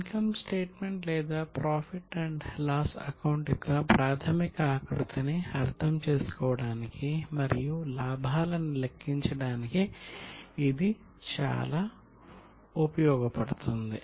income statement లేదా profit and loss account యొక్క ప్రాథమిక ఆకృతిని అర్థం చేసుకోవడానికి మరియు లాభాలను లెక్కించడానికి ఇది చాలా ఉపయోగపడుతుంది